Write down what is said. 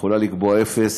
היא יכולה לקבוע 0%,